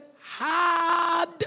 hard